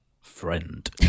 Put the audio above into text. friend